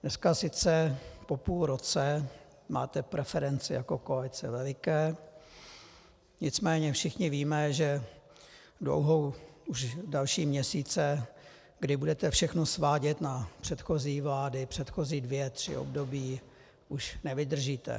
Dneska sice po půl roce máte preference jako koalice veliké, nicméně všichni víme, že budou další měsíce, kdy budete všechno svádět na předchozí vlády, předchozí dvě tři období už nevydržíte.